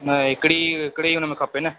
न हिकिड़ी हिकिड़ी हुन में खपे न